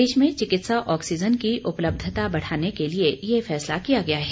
देश में चिकित्सा ऑक्सीजन की उपलब्धता बढ़ाने के लिए यह फैसला किया गया है